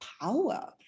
power